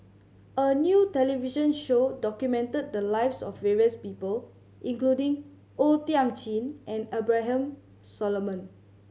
a new television show documented the lives of various people including O Thiam Chin and Abraham Solomon